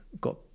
got